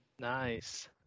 Nice